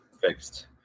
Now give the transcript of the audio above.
Fixed